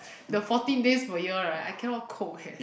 the fourteen days per year right I cannot cope eh